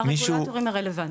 לא הרגולטורים הרלוונטיים,